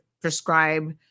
prescribe